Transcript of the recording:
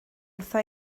wrtha